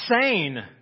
sane